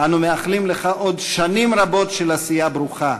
אנו מאחלים לך עוד שנים רבות של עשייה ברוכה.